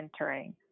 entering